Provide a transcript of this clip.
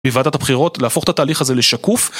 בבוועדת הבחירות להפוך את התהליך הזה לשקוף